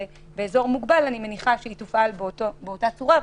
ואני מניח שהיא תופעל באותה צורה גם באזור מוגבל.